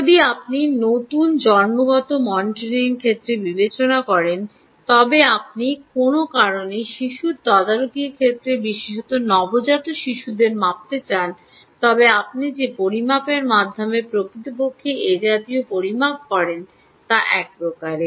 যদি আপনি নতুন জন্মগত মনিটরিংয়ের ক্ষেত্রে বিবেচনা করেন যদি আপনি কোনও কারণে শিশুর তদারকির ক্ষেত্রে বিশেষত নবজাত শিশুদের মাপতে চান তবে আপনি যে পরিমাপের মাধ্যমে প্রকৃতপক্ষে এ জাতীয় পরিমাপ করেন তা এক প্রকারের